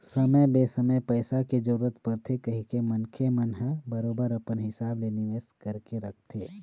समे बेसमय पइसा के जरूरत परथे कहिके मनखे मन ह बरोबर अपन हिसाब ले निवेश करके रखथे